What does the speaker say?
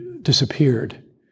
disappeared